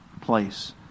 place